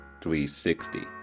360